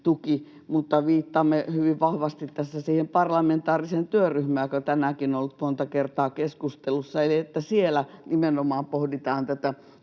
tuki, mutta viittaamme hyvin vahvasti tässä siihen parlamentaarisen työryhmään, joka tänäänkin on ollut monta kertaa keskustelussa, eli siellä nimenomaan pohditaan tätä